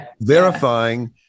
Verifying